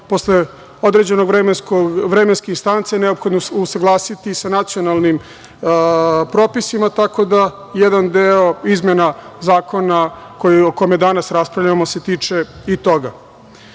Posle određene vremenske instance neophodno je usaglasiti sa nacionalnim propisima, tako da jedan deo izmena zakona o kome danas raspravljamo se tiče i